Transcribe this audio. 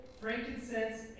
frankincense